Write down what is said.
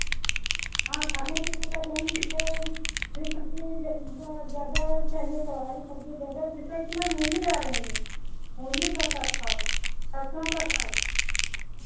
हाँ खाने पीने का ध्यान दीजिए हरी सब्ज़ी ज़्यादा चाहिए तो हरी सब्ज़ी ज़्यादा जैसे इतना मूली आ रहे हैं मूली का साग खाओ सरसों का साग